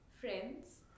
friends